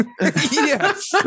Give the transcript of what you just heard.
Yes